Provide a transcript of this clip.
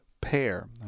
pair